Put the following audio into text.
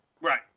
right